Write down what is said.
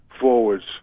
forwards